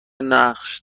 نقش